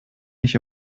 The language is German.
nicht